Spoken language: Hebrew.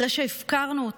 אחרי שהפקרנו אותם.